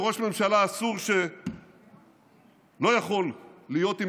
ושראש ממשלה לא יכול להיות עם